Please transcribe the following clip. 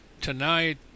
tonight